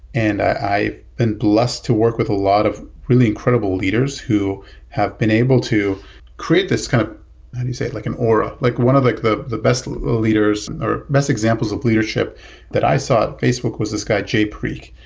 and been blessed to work with a lot of really incredible leaders who have been able to create this kind of how do you say it? like an aura, like one of like the the best leaders or best examples of leadership that i saw at facebook was this guy, jay parikh.